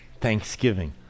thanksgiving